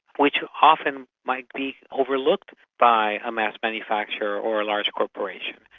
which often might be overlooked by a mass manufacturer or a large corporation.